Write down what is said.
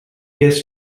guest